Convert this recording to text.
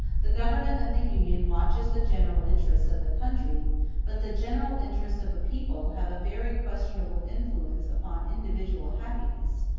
the government of the union watches the general interests of the country but the general interests of a people have a very questionable influence upon individual happiness,